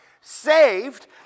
saved